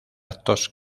actos